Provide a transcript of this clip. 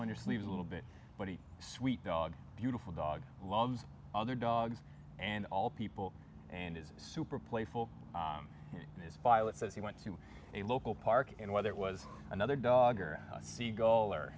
on your sleeve a little bit but he's sweet dog beautiful dog loves other dogs and all people and is super playful this pilot says he went to a local park and whether it was another dog or a seagull or